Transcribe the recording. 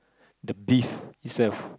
the beef itself